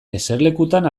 eserlekutan